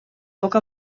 poc